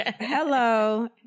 hello